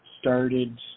started